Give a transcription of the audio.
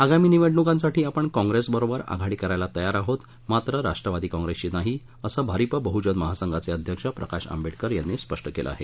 आगामी निवडणुकांसाठी आपण काँप्रेसबरोबर आघाडी करायला तयार आहोत मात्र राष्ट्रवादी काँप्रेसशी नाही असं भारिप बहुजन महासंघाचे अध्यक्ष प्रकाश आंबेडकर यांनी स्पष्ट केलं आहे